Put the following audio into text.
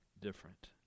different